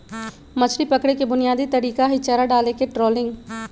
मछरी पकड़े के बुनयादी तरीका हई चारा डालके ट्रॉलिंग